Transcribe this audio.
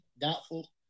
Doubtful